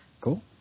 Cool